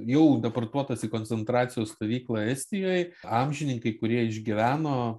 jau deportuotas į koncentracijos stovyklą estijoj amžininkai kurie išgyveno